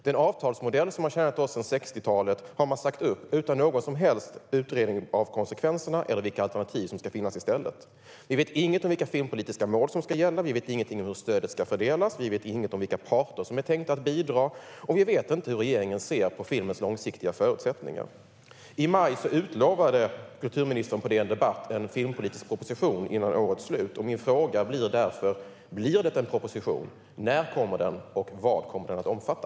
Den avtalsmodell som har tjänat oss sedan 60-talet har man sagt upp utan någon som helst utredning av konsekvenserna eller av vilka alternativ som ska finnas i stället. Vi vet inget om vilka filmpolitiska mål som ska gälla, vi vet inget om hur stödet ska fördelas, vi vet inget om vilka parter som är tänkta att bidra och vi vet inte hur regeringen ser på filmens långsiktiga förutsättningar. I maj utlovade kulturministern på DN Debatt en filmpolitisk proposition innan årets slut. Mina frågor blir därför: Blir det en proposition? När kommer den? Vad kommer den att omfatta?